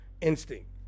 instinct